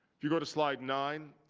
if you go to slide nine,